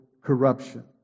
corruption